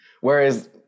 whereas